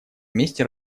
месте